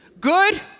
good